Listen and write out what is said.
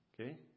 Okay